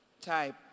type